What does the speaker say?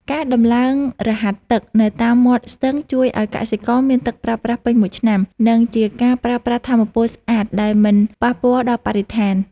ការដំឡើងរហាត់ទឹកនៅតាមមាត់ស្ទឹងជួយឱ្យកសិករមានទឹកប្រើប្រាស់ពេញមួយឆ្នាំ និងជាការប្រើប្រាស់ថាមពលស្អាតដែលមិនប៉ះពាល់ដល់បរិស្ថាន។